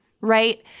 right